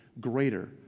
greater